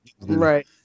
right